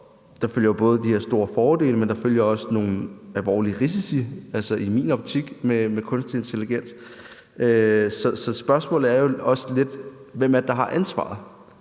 Der følger jo både de her store fordele med, men der følger også nogle alvorlige risici, set i min optik, med kunstig intelligens. Så spørgsmålet er jo også lidt, hvem det er, der har ansvaret.